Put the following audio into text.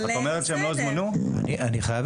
אני חייב